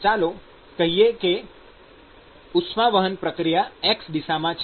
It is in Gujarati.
ચાલો કહીએ કે ઉષ્માવહન પ્રક્રિયા x દિશામાં છે